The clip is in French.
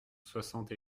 soixante